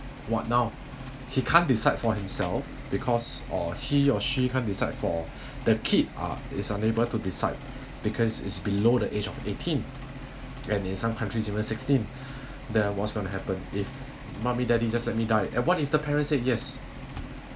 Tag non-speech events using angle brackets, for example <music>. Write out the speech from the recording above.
what now he can't decide for himself because or he or she can't decide for <breath> the kid uh is unable to decide because is below the age of eighteen and in some countries even sixteen <breath> that was going to happen if mummy daddy just let me die and what if the parents say yes